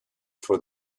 for